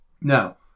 Now